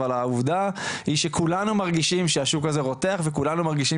אבל העובדה היא שכולנו מרגישים שהשוק הזה רותח וכולנו מרגישים